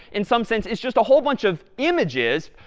in some sense, it's just a whole bunch of images,